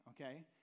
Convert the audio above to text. okay